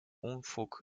unfug